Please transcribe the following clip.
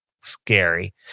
scary